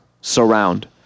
surround